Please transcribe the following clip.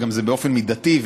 וגם זה באופן מידתי,